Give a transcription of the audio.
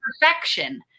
perfection